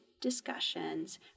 discussions